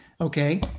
Okay